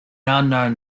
unknown